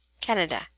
Canada